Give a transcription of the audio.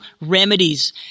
remedies